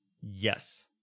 Yes